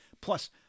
plus